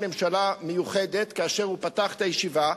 ממשלה מיוחדת כאשר הוא פתח את הישיבה.